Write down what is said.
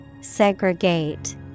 Segregate